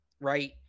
right